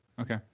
okay